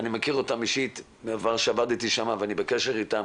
אני מכיר אותם אישית מהעבר כשעבדתי שם ואני בקשר איתם